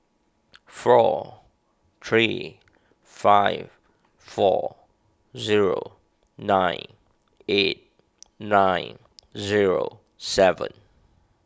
four three five four zero nine eight nine zero seven